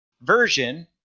version